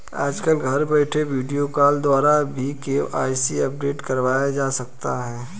आजकल घर बैठे वीडियो कॉल द्वारा भी के.वाई.सी अपडेट करवाया जा सकता है